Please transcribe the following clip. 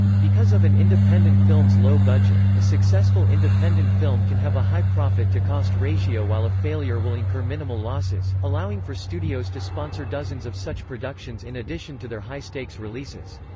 because of an independent film's low budget, a successful independent film can have a high profit-to-cost ratio while a failure will incur minimal losses, allowing for studios to sponsor dozens of such productions in addition to their high-stakes releases.